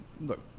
look